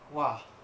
!wah!